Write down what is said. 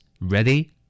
ready